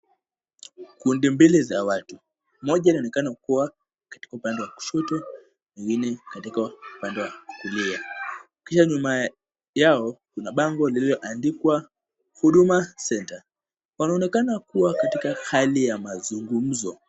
Kundi mbili za watu. Moja yaonekana kuwa katika upande wa kushoto na ingine katika upande wa kulia, kisha nyuma yao kuna bango lililoandikwa Huduma Centre. Wanaonekana kuwa katika hali ya mazungumzo.